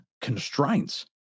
constraints